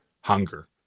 hunger